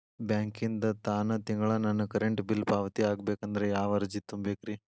ಬ್ಯಾಂಕಿಂದ ತಾನ ತಿಂಗಳಾ ನನ್ನ ಕರೆಂಟ್ ಬಿಲ್ ಪಾವತಿ ಆಗ್ಬೇಕಂದ್ರ ಯಾವ ಅರ್ಜಿ ತುಂಬೇಕ್ರಿ?